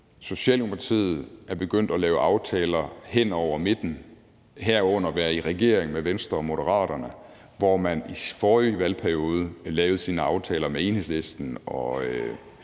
Socialdemokratiet er begyndt at lave aftaler hen over midten, herunder være i regering med Venstre og Moderaterne, hvorimod man i forrige valgperiode lavede sine aftaler udelukkende